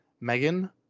megan